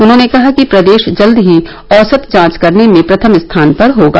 उन्होंने कहा कि प्रदेश जल्द ही औसत जांच करने में प्रथम स्थान पर होगा